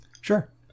Sure